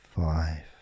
Five